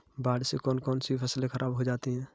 बाढ़ से कौन कौन सी फसल खराब हो जाती है?